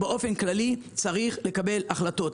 באופן כללי, צריך לקבל החלטות.